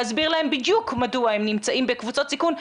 להסביר להם בדיוק מדוע הם נמצאים בקבוצות סיכון,